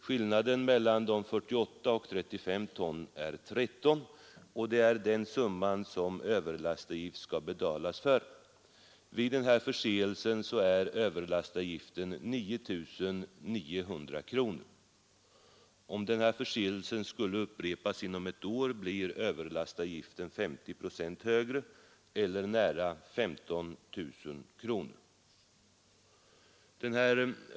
Skillnaden mellan 48 ton och 35 ton är 13 ton, och det är för den vikten som överlastavgift skall betalas. Vid den här förseelsen är överlastavgiften 9 900 kronor. Om denna förseelse skulle upprepas inom ett år, blir överlastavgiften 50 procent högre eller nära 15 000 kronor.